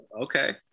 Okay